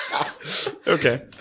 Okay